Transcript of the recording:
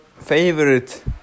favorite